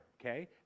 okay